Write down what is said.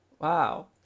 Wow